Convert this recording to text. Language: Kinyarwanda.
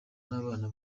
n’abana